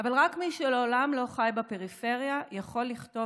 אבל רק מי שלעולם לא חי בפריפריה יכול לכתוב